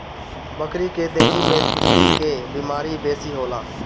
बकरी के देहि में खजुली के बेमारी बेसी होला